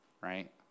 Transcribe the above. right